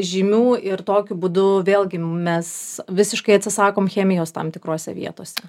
žymių ir tokiu būdu vėlgi mes visiškai atsisakom chemijos tam tikrose vietose